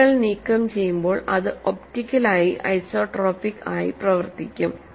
ലോഡുകൾ നീക്കംചെയ്യുമ്പോൾ അത് ഒപ്റ്റിക്കലായി ഐസോട്രോപിക് ആയി പ്രവർത്തിക്കും